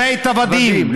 מבית עבדים.